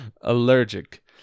allergic